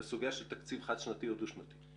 לסוגיה של תקציב חד-שנתי או דו-שנתי?